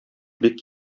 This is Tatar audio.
бик